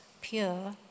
pure